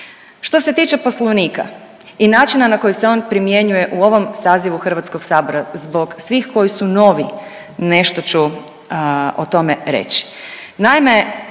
Što se tiče Poslovnika i načina na koji se on primjenjuje u ovom sazivu Hrvatskog sabora zbog svih koji su novi nešto ću o tome reći.